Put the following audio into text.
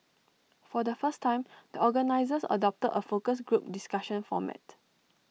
for the first time the organisers adopted A focus group discussion format